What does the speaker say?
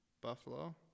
buffalo